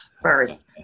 first